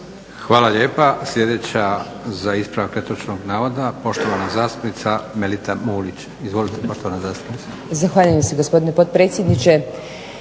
Hvala lijepa. Sljedeća za ispravak netočnog navoda, poštovana zastupnica Melita Mulić. Izvolite, poštovana zastupnice.